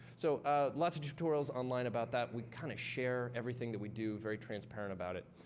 so lots of tutorials online about that. we kind of share everything that we do very transparent about it.